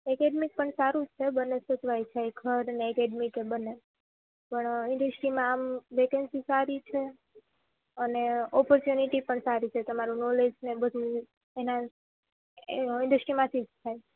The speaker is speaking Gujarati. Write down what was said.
એકેડેમીક પણ સારું છે બંને સચવાય જાય ઘરને એકેડેમીક એ બંને પણ ઈન્ડસ્ટ્રીમાં આમ વેકેન્સી સારી છે અને ઓપર્ચ્યુનિટી પણ સારી છે તમારું નોલેજ ને બધું એના ઈન્ડસ્ટ્રીમાંથી જ થાય